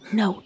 no